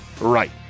Right